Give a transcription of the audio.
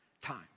time